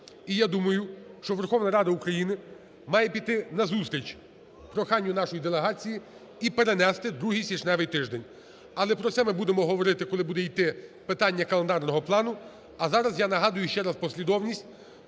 І я думаю, що Верховна Рада України має піти назустріч проханню нашої делегації і перенести другий січневий тиждень. Але про це ми будемо говорити, коли буде йти питання календарного плану. А зараз, я нагадую ще раз послідовність,